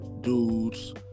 dudes